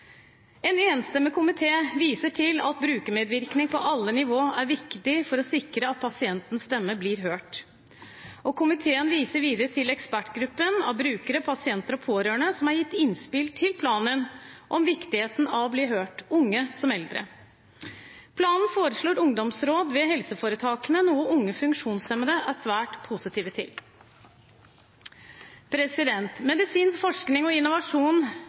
En enstemmig komité viser til at brukermedvirkning på alle nivå er viktig for å sikre at pasientens stemme blir hørt, og komiteen viser videre til ekspertgruppen av brukere, pasienter og pårørende, som har gitt innspill til planen om viktigheten av å bli hørt, unge som eldre. Planen foreslår ungdomsråd ved helseforetakene, noe Unge funksjonshemmede er svært positive til. Medisinsk forskning og innovasjon